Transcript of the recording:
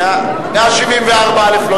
174א' לא